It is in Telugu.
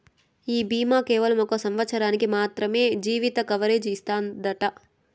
ఈ బీమా కేవలం ఒక సంవత్సరానికి మాత్రమే జీవిత కవరేజ్ ఇస్తాదట